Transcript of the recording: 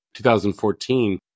2014